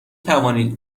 توانید